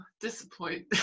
disappoint